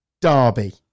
Derby